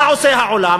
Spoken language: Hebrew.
מה עושה העולם?